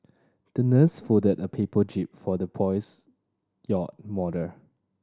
the nurse folded a paper jib for the boy's yacht model